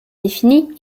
définie